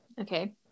okay